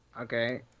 Okay